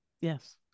Yes